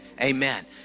amen